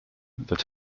that